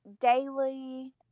daily